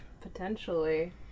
Potentially